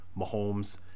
Mahomes